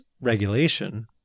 regulation